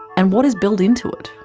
and what is built into it?